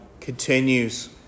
continues